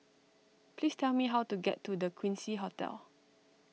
please tell me how to get to the Quincy Hotel